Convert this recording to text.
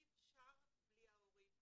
אי אפשר בלי ההורים.